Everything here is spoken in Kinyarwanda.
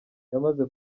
yamaze